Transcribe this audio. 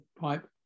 pipe